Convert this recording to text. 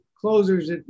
closers